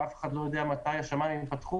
ואף אחד לא יודע מתי השמיים ייפתחו,